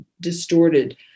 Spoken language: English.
distorted